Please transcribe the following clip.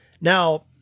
Now-